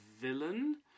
villain